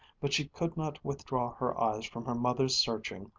but she could not withdraw her eyes from her mother's searching,